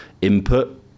input